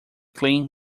clean